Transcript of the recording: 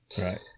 Right